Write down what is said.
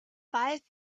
five